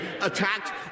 attacked